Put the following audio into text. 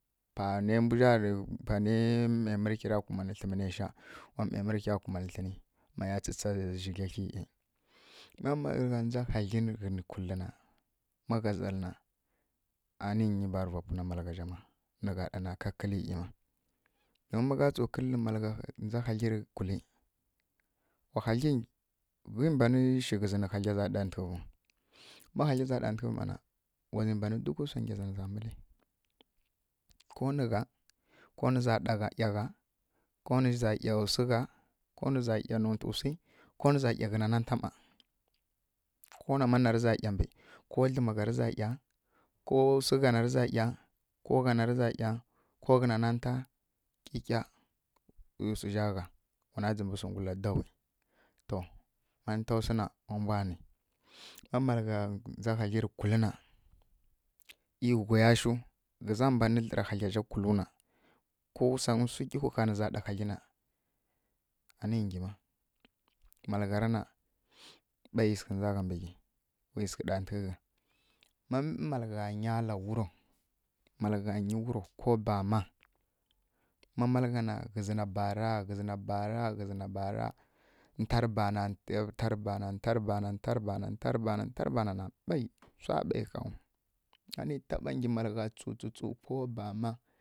Pa ne mbwizja nǝ pane ˈme mǝrhyi ra kumanǝ tlemǝ nesha wa ˈme mǝrhya kumanǝ tlǝmǝ nesha ˈmeyantsatsa zjigla hyi ma mǝlagha ndza hagli kǝnǝ kwulǝna ma gha zali na ani nyi ba rǝ vapwuna malaghazja ma nǝgha ɗana ƙa kǝli ma don magha tsu kǝllǝ malgha ndza haglǝri kwuli ghie mbanǝ shi ghezi nǝ haglaza ɗatǝghevu ma haglaza ɗatǝgheve mana wi mban mǝlǝ wsa ngya whurazi ko nǝza ˈyagha ko nǝza ˈya wsugha ko nǝza ˈya nonywu wsi ko nǝzamˈya ghena zi ko nama narǝza ˈya mbi ko dlǝmagha rǝza ˈya ko wsugha nare za ˈya ko gha narǝ za ˈya ko ghenazǝ narɨza ˈya kikya wi wsuzja gha wana dzǝmbǝ sungula daui to manta wsu na wa mbwa nǝ ma malgha nzda haglirǝ kwǝlǝna e wghaya shu e gheza mbanǝ glera haglazja kwulǝuna ko wusangyi wsu gyiwhǝ ɦaa nǝ za ɗa haglina ani ngyima malǝgharana ɓaiyi sǝghǝn ndzagha mbǝghi wi slughlujn ɗantǝghe gha ma malǝgha ngyi wuro kobama ma mǝlanvya na ghezi na bara ghǝzina bara ghǝzina bara ntarǝ bana ntarǝ bana ntarǝ bana ntarǝ bana na ɓei wsa ɓei ɦaaw ani taɓa ngyi mǝlagha tsu tsutsu ko bama